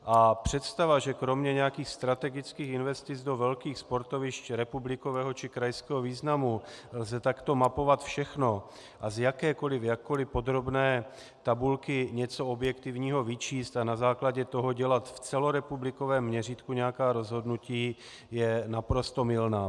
A představa, že kromě nějakých strategických investic do velkých sportovišť republikového či krajského významu lze takto mapovat všechno a z jakkoli podrobné tabulky něco objektivního vyčíst a na základě toho dělat v celorepublikovém měřítku nějaká rozhodnutí, je naprosto mylná.